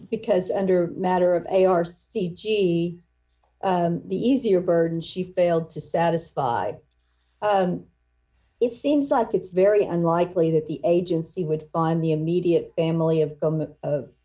because under matter of a r c g the easier burden she failed to satisfy it seems like it's very unlikely that the agency would on the immediate family of